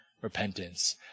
repentance